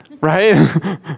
right